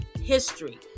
history